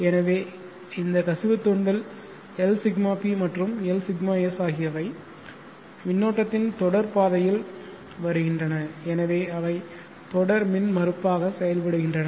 எனவே இந்த கசிவு தூண்டல் Lσp மற்றும் Lσs ஆகியவை மின்னோட்டத்தின் தொடர் பாதையில் வருகின்றன எனவே அவை தொடர் மின்மறுப்பாக செயல்படுகின்றன